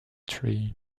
tree